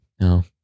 No